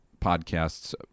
podcasts